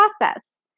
process